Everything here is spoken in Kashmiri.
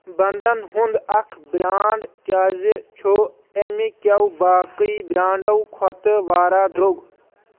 بنٛدن ہُنٛد اکھ برانٛڈ کیٛازِ چھ اَمہِ کیٚو باقٕے برانڈو کھۄتہٕ واریاہ درٛوگ؟